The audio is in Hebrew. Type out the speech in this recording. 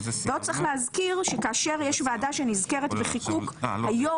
צריך להזכיר עוד שכאשר יש ועדה שנזכרת בחיקוק היושב